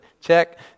Check